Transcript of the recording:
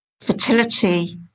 fertility